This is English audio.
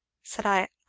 said i,